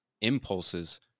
impulses